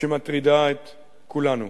שמטרידה את כולנו.